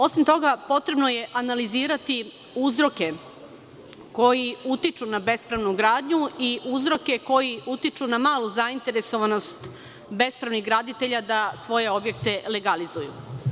Osim toga, potrebno je analizirati uzroke koji utiču na bespravnu gradnju i uzroke koji utiču na malu zainteresovanost bespravnih graditelja da svoje objekte legalizuju.